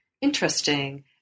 interesting